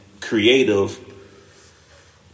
creative